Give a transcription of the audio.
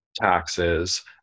taxes